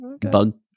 bug